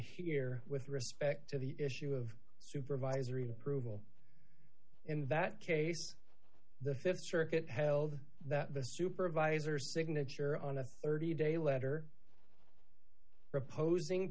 here with respect to the issue of supervisory approval in that case the th circuit held that the supervisor signature on a thirty day letter proposing